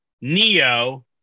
Neo